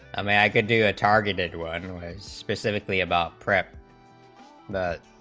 um i can do a targeted one and one was specifically about prep that